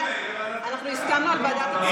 אנחנו הסכמנו על ועדת הפנים,